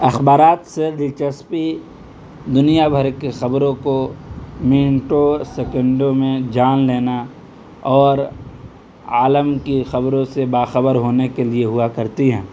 اخبارات سے دلچسپی دنیا بھر کے خبروں کو منٹوں سیکنڈوں میں جان لینا اور عالم کی خبروں سے باخبر ہونے کے لیے ہوا کرتی ہیں